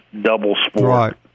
double-sport